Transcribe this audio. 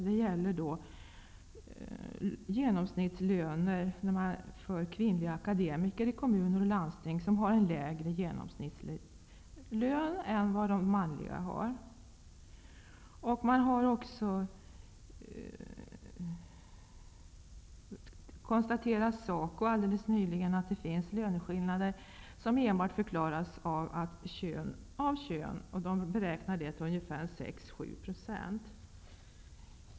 Det gäller genomsnittslöner för kvinnliga akademiker i kommuner och landsting. Det visar sig att kvinnorna har lägre genomsnittslön än männen. SACO har även helt nyligen konstaterat att det finns löneskillnader som enbart kan förklaras av könsskillnaden. Löneskillnaden beräknas till ungefär 6-7 %.